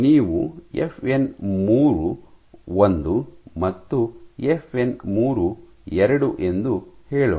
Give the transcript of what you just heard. ನೀವು ಎಫ್ಎನ್ ಮೂರು ಒಂದು ಮತ್ತು ಎಫ್ಎನ್ ಮೂರು ಎರಡು ಎಂದು ಹೇಳೋಣ